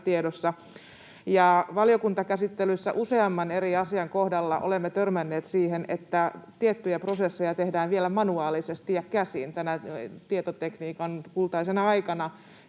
tiedossa. Valiokuntakäsittelyssä useamman eri asian kohdalla olemme törmänneet siihen, että tiettyjä prosesseja tehdään vielä manuaalisesti ja käsin tänä tietotekniikan kultaisena aikana,